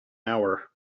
hour